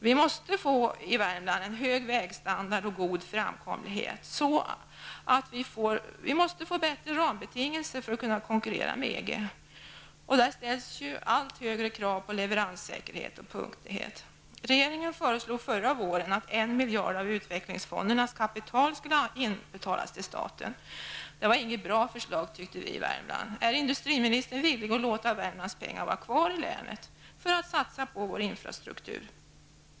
Vi i Värmland måste få en hög vägstandard och en god framkomlighet. Vi måste alltså få bättre rambetingelser för att kunna konkurrera med EG. Det ställs ju allt högre krav på leveranssäkerhet och punktlighet. Regeringen föreslog förra våren att en miljard av utvecklingsfondernas kapital skulle inbetalas till staten. Vi i Värmland tyckte inte att det var ett bra förslag. Är industriministern villig att låta Värmlands pengar vara kvar i länet för satsningar på vår infrastruktur?